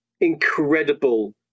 incredible